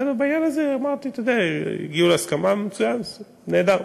בעניין הזה אמרתי: הגיעו להסכמה, מצוין, נהדר.